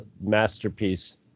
masterpiece